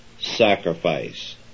sacrifice